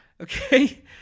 Okay